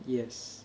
yes